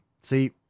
See